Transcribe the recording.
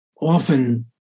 often